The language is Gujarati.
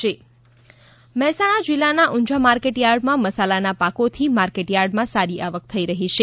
વરિયાળી મહેસાણા મહેસાણા જિલ્લાનાં ઉંઝા માર્કેટથાર્ડમાં મસાલાનાં પાકોથી માર્કેટ થાર્ડમાં સારી આવક થઈ રહી છે